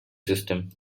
systems